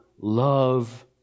love